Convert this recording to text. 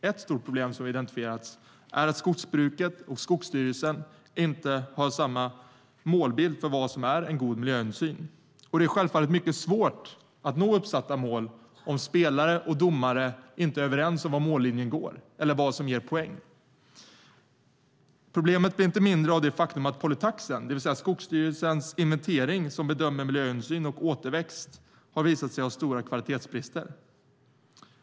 Ett stort problem som identifierats är att skogsbruket och Skogsstyrelsen inte har samma målbild för vad som är god miljöhänsyn. Det är självfallet mycket svårt att nå uppsatta mål om spelare och domare inte är överens om var mållinjen är eller vad som ger poäng. Problemet blir inte mindre av det faktum att polytaxen, det vill säga Skogsstyrelsens inventering som bedömer miljöhänsyn och återväxt, visat sig ha stora kvalitetsbrister.